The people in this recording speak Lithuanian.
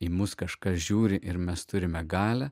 į mus kažkas žiūri ir mes turime galią